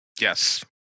Yes